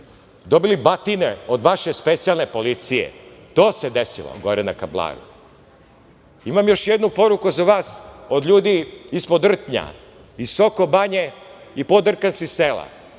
Dobili su batine od vaše specijalne policije. To se desilo gore na Kablaru. Imam još jednu poruku za vas od ljudi ispod Rtnja i Sokobanje i podrtanjskih sela.